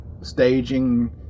staging